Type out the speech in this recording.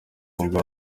bumva